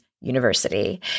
University